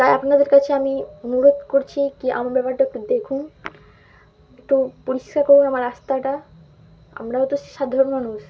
তাই আপনাদের কাছে আমি অনুরোধ করছি কি আমার ব্যাপারটা একটু দেখুন একটু পরিষ্কার করুন আমার রাস্তাটা আমরাও তো সাধারণ মানুষ